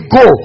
go